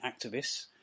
activists